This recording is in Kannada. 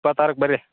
ಇಪ್ಪತ್ತಾರಕ್ಕೆ ಬರ್ರಿ